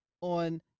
on